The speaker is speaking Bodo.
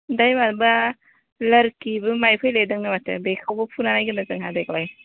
दै माबा लोरकि बो माय फैलायदों नो माथो बेखौबो फुना नायगोन नो जोंहा देग्लाय